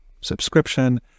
subscription